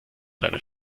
deiner